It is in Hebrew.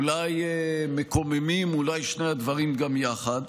אולי מקוממים, אולי שני הדברים גם יחד,